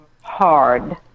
hard